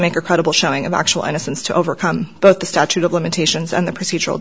make a credible showing of actual innocence to overcome both the statute of limitations and the procedural